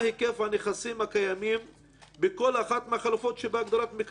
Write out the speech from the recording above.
הנכסים הקיימים בכל אחת מהחלופות שבהגדרת מקרקעין?